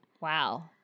Wow